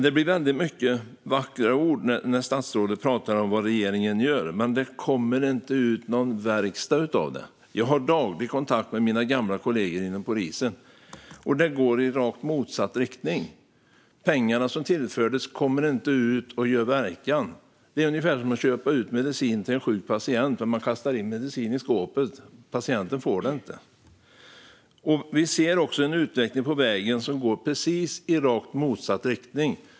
Det blir väldigt mycket vackra ord när statsrådet talar om vad regeringen gör, men det blir ingen verkstad av det. Jag har daglig kontakt med mina gamla kollegor inom polisen. Det går i rakt motsatt riktning. De pengar som tillförts kommer inte ut och gör verkan. Det är ungefär som att köpa medicin till en sjuk patient och kasta in medicinen i skåpet; patienten får den inte. Vi ser också en utveckling på vägen som går i rakt motsatt riktning.